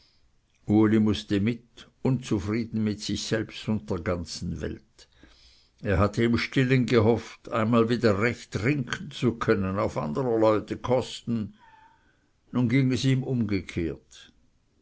mußte mit unzufrieden mit sich selbst und der ganzen welt er hatte im stillen gehofft einmal wieder recht trinken zu können auf anderer leute kosten nun ging es ihm umgekehrt